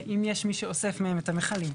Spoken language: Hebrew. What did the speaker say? ואם יש מי שאוסף מהם את המכלים.